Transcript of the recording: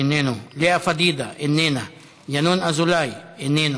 איננו, לאה פדידה, איננה, ינון אזולאי, איננו.